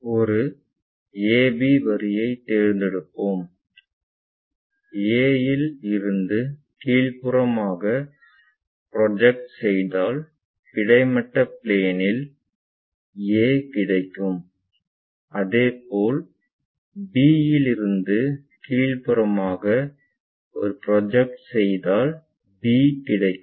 ஒரு AB வரியைத் தேர்ந்தெடுப்போம் A ஏழிலிருந்து கீழ்ப்புறமாக ப்ரொஜெக்ட் செய்தாள் கிடைமட்ட பிளேனில் a கிடைக்கும் அதேபோல் B இதிலிருந்து கீழ்ப்புறமாக ஒரு ப்ரொஜெக்ட் செய்தால் b கிடைக்கும்